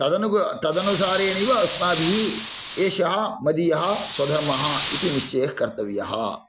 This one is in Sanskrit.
तदनुसारेणैव अस्माभिः एषः मदीयः स्वधर्मः इति निश्चयः कर्तव्यः